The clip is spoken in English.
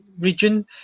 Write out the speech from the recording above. region